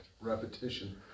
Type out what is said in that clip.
repetition